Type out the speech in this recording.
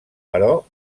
però